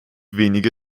wenige